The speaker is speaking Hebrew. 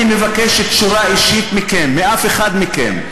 מבקש תשורה אישית מכם, מאף אחד מכם.